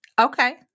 Okay